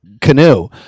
canoe